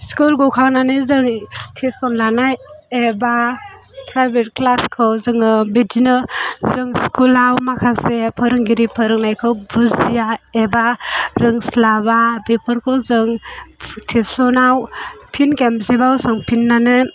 school गखांनानै जों tuition लानाय एबा प्रायभेट क्लासखौ जोङो बिदिनो जों स्कुलाव माखासे फोरोंगिरि फोरोंनायखौ बुजिया एबा रोंस्लाबा बेफोरखौ जों टिउसनाव फिन खेबसेबाव सोंफिननानै